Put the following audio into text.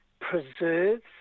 preserves